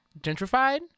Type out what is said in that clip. gentrified